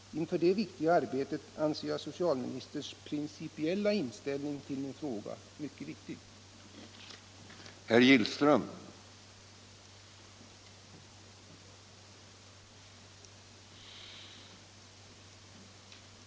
Inför det viktiga arbetet anser jag att socialministerns principiella inställning till min fråga är mycket betydelsefull.